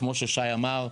וכפי שאמר שי,